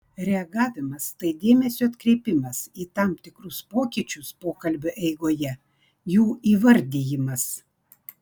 reagavimas tai dėmesio atkreipimas į tam tikrus pokyčius pokalbio eigoje jų įvardijimas